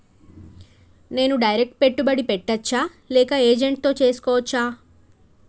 నేను డైరెక్ట్ పెట్టుబడి పెట్టచ్చా లేక ఏజెంట్ తో చేస్కోవచ్చా?